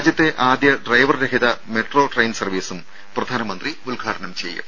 രാജ്യത്തെ ആദ്യ ഡ്രൈവർ രഹിത മെട്രോ ട്രെയിൻ സർവ്വീസും പ്രധാനമന്ത്രി ഉദ്ഘാടനം ചെയ്യും